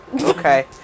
Okay